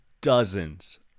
dozens